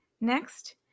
Next